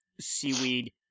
seaweed